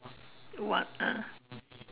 what ah